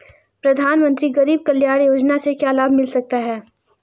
प्रधानमंत्री गरीब कल्याण योजना से क्या लाभ मिल सकता है?